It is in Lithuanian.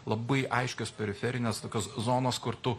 labai aiškios periferinės tokios zonos kur tu